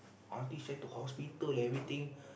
aunty send to hospital everything